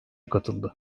katıldı